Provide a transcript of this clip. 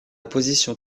position